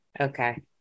Okay